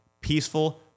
peaceful